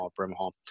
Brimhall